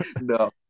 No